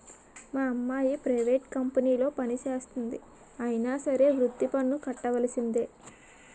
మా అమ్మాయి ప్రైవేట్ కంపెనీలో పనిచేస్తంది అయినా సరే వృత్తి పన్ను కట్టవలిసిందే